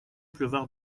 pleuvoir